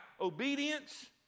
obedience